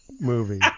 movie